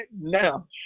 now